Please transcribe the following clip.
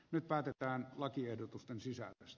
nyt päätetään lakiehdotusten sisään jos